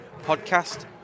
podcast